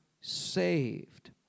saved